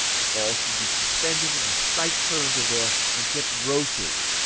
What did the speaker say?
the balls should be suspended in a slight current of air, and kept rotating,